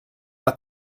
pas